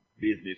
business